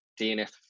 DNF